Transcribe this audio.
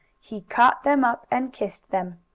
he caught them up and kissed them.